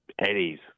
Eddie's